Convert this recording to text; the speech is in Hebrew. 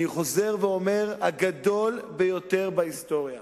אני חוזר ואומר: הגדול ביותר בהיסטוריה.